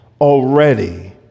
already